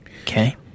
Okay